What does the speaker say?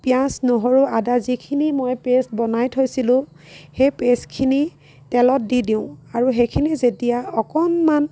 পিঁয়াজ নহৰু আদা যিখিনি মই পেষ্ট বনাই থৈছিলোঁ সেই পেষ্টখিনি তেলত দি দিওঁ আৰু সেইখিনি যেতিয়া অকণমান